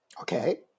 Okay